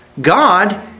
God